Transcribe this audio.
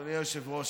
אדוני היושב-ראש,